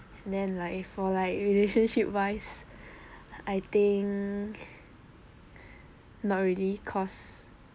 then like if for like relationship wise I think not really cause